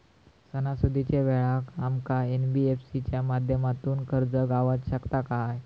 सणासुदीच्या वेळा आमका एन.बी.एफ.सी च्या माध्यमातून कर्ज गावात शकता काय?